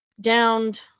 downed